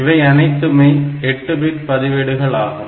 இவை அனைத்துமே 8 பிட்டு பதிவேடுகள் ஆகும்